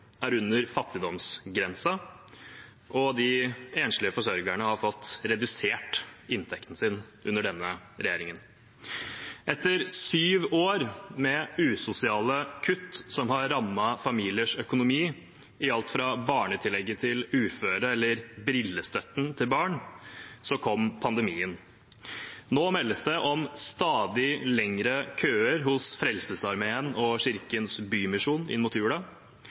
er under fattigdomsgrensen, og de enslige forsørgerne har fått redusert inntekten sin under denne regjeringen. Etter syv år med usosiale kutt som har rammet familiers økonomi, i alt fra barnetillegget til uføre eller brillestøtten til barn, kom pandemien. Nå meldes det om stadig lengre køer hos Frelsesarmeen og Kirkens Bymisjon